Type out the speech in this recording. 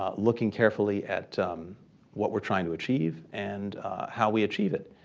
um looking carefully at what we're trying to achieve and how we achieve it.